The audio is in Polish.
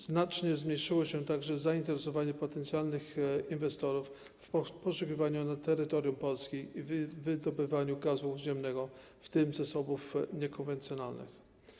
Znacznie zmniejszyło się także zainteresowanie potencjalnych inwestorów poszukiwaniem na terytorium Polski i wydobywaniem gazu ziemnego, w tym z zasobów niekonwencjonalnych.